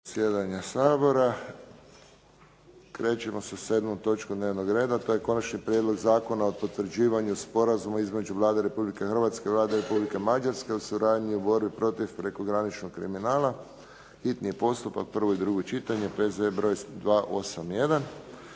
zasjedanja Sabora. Krećemo sa sedmom točkom dnevnog reda. To je 7. Prijedlog zakona o potvrđivanju Sporazuma između Vlade Republike Hrvatske i Vlade Republike Mađarske o suradnji u borbi protiv prekograničnog kriminala, s Konačnim prijedlogom zakona, hitni postupak, prvo i drugo čitanje, P.Z. br. 281